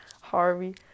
Harvey